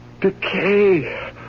Decay